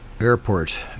airport